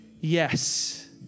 yes